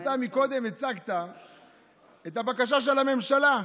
אתה קודם הצגת את הבקשה של הממשלה.